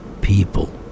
people